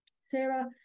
sarah